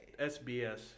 SBS